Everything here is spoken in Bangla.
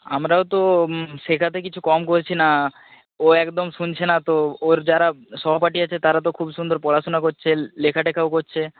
আমরাও তো শেখাতে কিছু কম করছি না ও একদম শুনছে না তো ওর যারা সহপাঠী আছে তারা তো খুব সুন্দর পড়াশুনা করছে লেখা টেখাও করছে